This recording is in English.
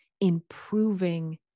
improving